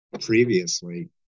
previously